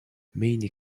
many